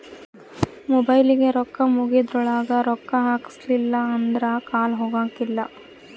ಮೊಬೈಲಿಗೆ ರೊಕ್ಕ ಮುಗೆದ್ರೊಳಗ ರೊಕ್ಕ ಹಾಕ್ಸಿಲ್ಲಿಲ್ಲ ಅಂದ್ರ ಕಾಲ್ ಹೊಗಕಿಲ್ಲ